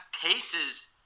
cases